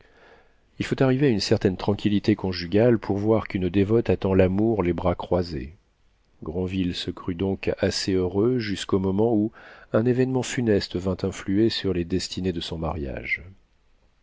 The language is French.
il faut arriver à une certaine tranquillité conjugale pour voir qu'une dévote attend l'amour les bras croisés granville se crut donc assez heureux jusqu'au moment où un événement funeste vint influer sur les destinées de son mariage